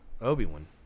Obi-Wan